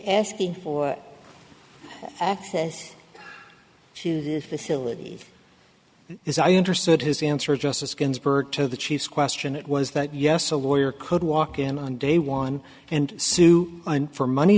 asking for access to this facility is i understood his answer justice ginsburg to the chief question it was that yes a lawyer could walk in on day one and sue for money